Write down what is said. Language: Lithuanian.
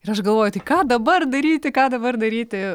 ir aš galvoju tai ką dabar daryti ką dabar daryti